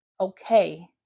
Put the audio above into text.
okay